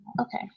Okay